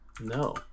No